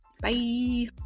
Bye